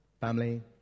Family